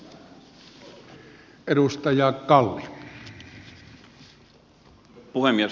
arvoisa puhemies